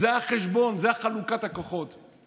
אבל